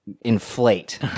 inflate